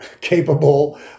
capable